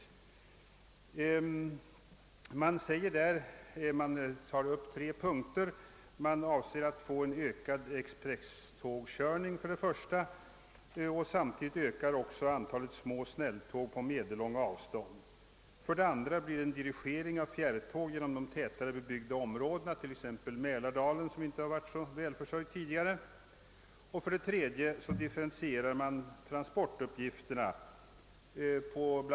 I den skriften har man i tre punkter angivit vilka ändringar som kommer att göras. Den första är att man avser att åstadkomma en ökad expresstågskörning. Samtidigt ökar också antalet små snälltåg på medellånga avstånd. I den andra punkten upptar man dirigering av fjärrtåg genom de tätast bebyggda områdena, t.ex. Mälardalen — som ju inte har varit särskilt välförsörjd tidigare. Den tredje punkten gäller differentiering av transportuppgifterna.